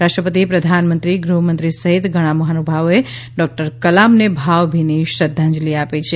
રાષ્ટ્રપતિ પ્રધાનમંત્રી ગૃહમંત્રી સહિત ઘણાં મહાનુભાવોએ ડોક્ટર કલામને ભાવભીની અંજલિ આપી છે